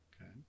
Okay